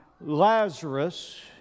Lazarus